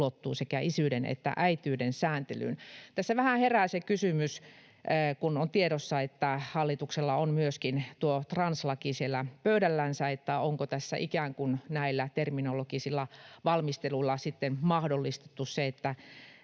ulottuu sekä isyyden että äitiyden sääntelyyn. Tässä vähän herää se kysymys — kun on tiedossa, että hallituksella on myöskin tuo translaki siellä pöydällänsä — että onko tässä ikään kuin näillä terminologisilla valmisteluilla mahdollistettu se,